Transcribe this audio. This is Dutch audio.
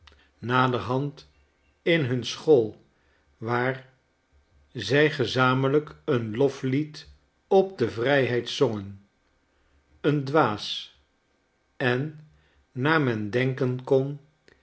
naderhand in hun school waar zijn gezamenlijk een loflied op de vrijheid zongen een dwaas en naar men denken kon